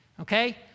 okay